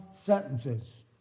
sentences